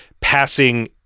passing